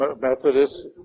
Methodist